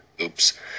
Oops